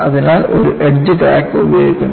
അതിനാൽ ഒരു edge crack ഉപയോഗിക്കുന്നു